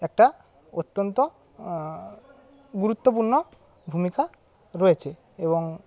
একটা অত্যন্ত গুরুত্বপূর্ণ ভূমিকা রয়েছে এবং